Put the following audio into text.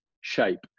shape